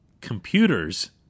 computers